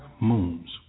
moons